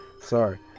sorry